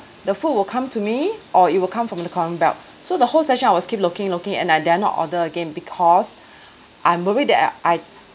the food will come to me or it will come from the con~ belt so the whole session I was keep looking looking and I dare not order again because I'm worried that I I